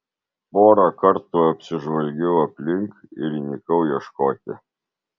porą kartų apsižvalgiau aplink ir įnikau ieškoti